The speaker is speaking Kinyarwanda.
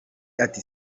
ati